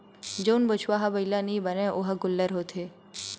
जउन बछवा ह बइला नइ बनय ओ ह गोल्लर होथे